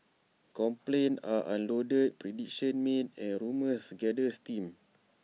complaints are unloaded predictions made and rumours gather steam